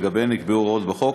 שלגביהן נקבעו הוראות בחוק